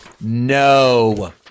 No